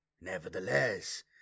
Nevertheless